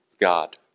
God